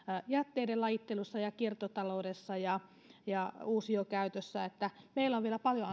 jätteiden lajittelussa ja kiertotaloudessa ja ja uusiokäytössä meillä on vielä paljon